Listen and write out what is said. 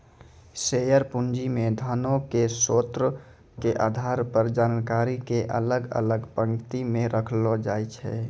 share पूंजी मे धनो के स्रोतो के आधार पर जानकारी के अलग अलग पंक्ति मे रखलो जाय छै